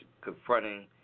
confronting